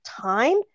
time